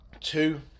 two